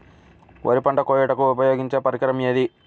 వరి పంట కోయుటకు ఉపయోగించే పరికరం ఏది?